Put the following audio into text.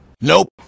nope